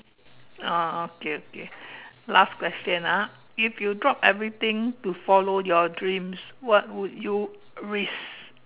oh oh okay okay last question ah if you drop everything to follow your dreams what would you risk